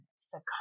succumb